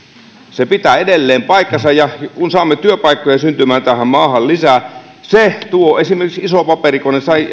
se pitää edelleen paikkansa kun saamme työpaikkoja syntymään tähän maahan lisää se tuo esimerkiksi iso paperikone